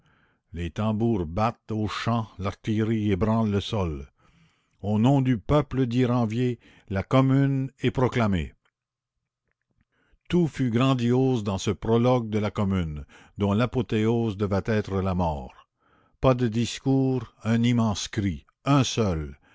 les tambours battent aux champs l'artillerie ébranle le sol au nom du peuple dit ranvier la commune est proclamée tout fut grandiose dans ce prologue de la commune dont l'apothéose devait être la mort pas de discours un immense cri un seul